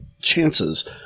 chances